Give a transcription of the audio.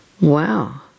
Wow